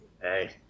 Hey